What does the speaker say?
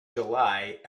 july